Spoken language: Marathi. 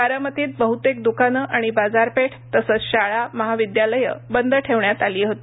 बारामतीत बहुतेक दुकानं आणि बाजारपेठ तसंच शाळा महाविद्यालयं बंद ठेवण्यात आली होती